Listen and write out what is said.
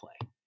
play